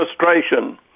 administration